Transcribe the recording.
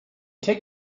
take